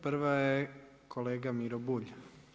Prva je kolega Miro Bulj.